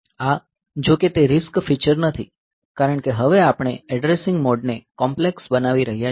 આ જો કે તે RISC ફીચર નથી કારણ કે હવે આપણે એડ્રેસિંગ મોડને કોમ્પ્લેક્સ બનાવી રહ્યા છીએ